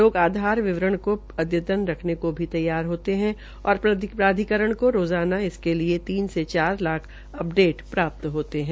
लोग आधार विवरण को अध्यतन रखने को भी तैयार रहते है और प्राधिकरण को रोज़ाना इसके लिए तीन से चार लाख अपडेट प्राप्त होते है